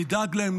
נדאג להם,